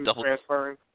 transferring